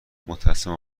متاسفم